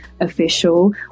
Official